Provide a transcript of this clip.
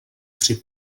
při